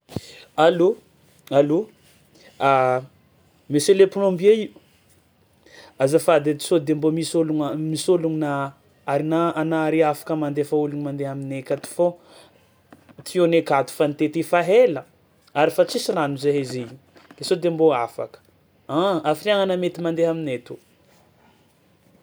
Allo, allo? Monsieur le plombier io? Azafady edy sao de mbô misy ôlogna misy ôlona ana- anare afaka mandefa ologno mandeha aminay akato fô tuyau anay akato fa nitete fa ela ary fa tsisy rano zahay zainy, ke sao de mbô afaka? Um-um, hafiriàna anà mety mandeha aminay to?